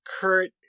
Kurt